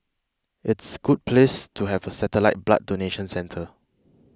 it's good place to have a satellite blood donation centre